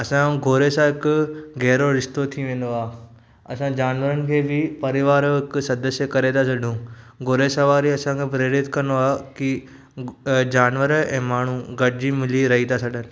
असांजो घोड़े सां हिकु गहरो रिश्तो थी वेंदो आहे असां जानवरनि खे बि परिवार जो हिकु सदस्य करे था छॾियूं घोड़े जी सवारी असांखे प्रेरित कंदो आहे की जानवर ऐं माण्हू गॾिजी मिली रही था सघनि